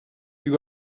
you